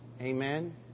Amen